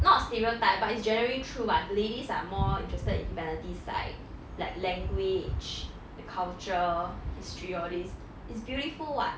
not stereotype but it's generally true but ladies are more interested in humanities side like language the culture history all these it's beautiful [what]